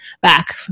back